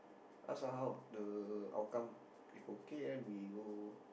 ask ah how the outcome if okay then we go